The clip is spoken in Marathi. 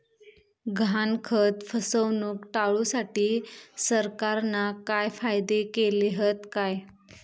गहाणखत फसवणूक टाळुसाठी सरकारना काय कायदे केले हत काय?